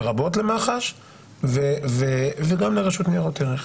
לרבות למח"ש וגם לרשות לניירות ערך.